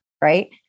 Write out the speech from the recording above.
Right